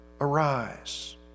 arise